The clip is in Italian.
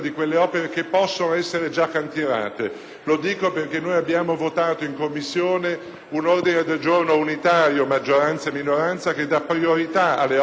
lo dico perché abbiamo votato in Commissione un ordine del giorno unitario (sostenuto da maggioranza e minoranza) che dà priorità alle opere cantierabili nel 2009